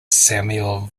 samuel